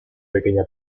pequeña